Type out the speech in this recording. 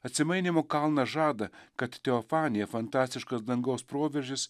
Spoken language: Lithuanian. atsimainymo kalną žada kad teofanija fantastiškas dangaus proveržis